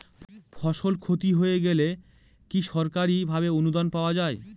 ফসল ক্ষতি হয়ে গেলে কি সরকারি ভাবে অনুদান পাওয়া য়ায়?